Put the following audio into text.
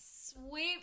sweet